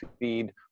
feed